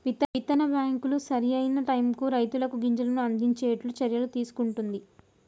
విత్తన బ్యాంకులు సరి అయిన టైముకు రైతులకు గింజలను అందిచేట్టు చర్యలు తీసుకుంటున్ది